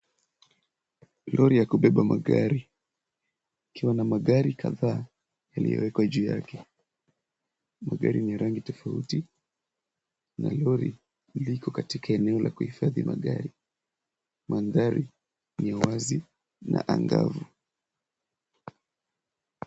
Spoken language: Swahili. Lori ya kubeba magari ikiwa na magari kadhaa yaliyowekwa juu yake. Magari ni ya rangi tofauti na lori liko katika eneo la kuhifadhi magari. Mandhari ni ya wazi na angavu.